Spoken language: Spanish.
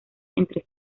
entre